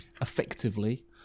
Effectively